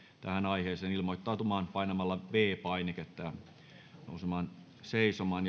tähän aiheeseen ilmoittautumaan painamalla viides painiketta ja nousemaan seisomaan